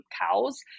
cows